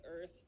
earth